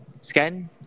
scan